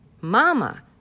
mama